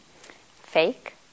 fake